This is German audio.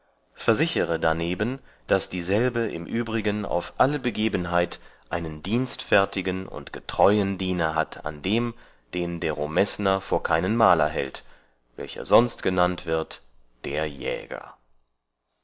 versichere darneben daß dieselbe im übrigen auf alle begebenheit einen dienstfertigen und getreuen diener hat an dem den dero mesner vor keinen maler hält welcher sonst genannt wird der jäger